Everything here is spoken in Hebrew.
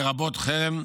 לרבות חרם,